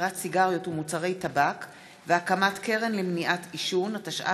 חובת שקיפות תקציבית במוסדות החינוך, התשע"ז 2017,